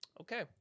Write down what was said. Okay